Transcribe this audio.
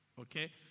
Okay